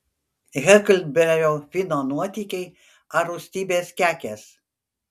heklberio fino nuotykiai ar rūstybės kekės